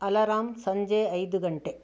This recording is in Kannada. ಅಲಾರಾಂ ಸಂಜೆ ಐದು ಗಂಟೆ